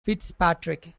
fitzpatrick